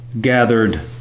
gathered